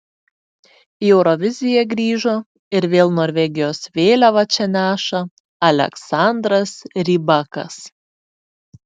į euroviziją grįžo ir vėl norvegijos vėliavą čia neša aleksandras rybakas